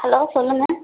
hello சொல்லுங்க